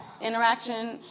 interaction